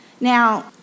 Now